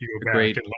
great